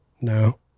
No